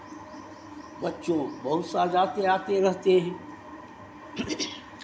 बच्चों बहुत सा जाते आते रहते हैं